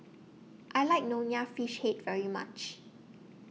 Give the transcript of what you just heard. I like Nonya Fish Head very much